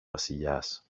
βασιλιάς